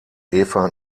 eva